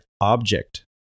object